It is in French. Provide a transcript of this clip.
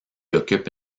occupe